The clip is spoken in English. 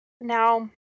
now